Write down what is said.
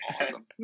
awesome